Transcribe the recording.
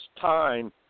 time